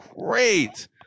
great